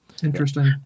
Interesting